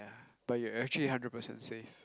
but you actually hundred percent safe